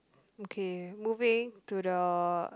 okay moving to the